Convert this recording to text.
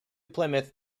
plymouth